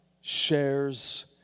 shares